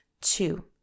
Two